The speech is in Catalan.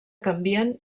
canvien